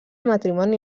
matrimoni